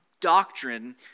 doctrine